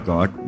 God